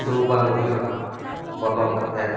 ᱞᱩ ᱵᱟᱝ ᱦᱩᱭᱩᱜᱼᱟ ᱵᱚᱞᱚ ᱠᱟᱛᱮᱫ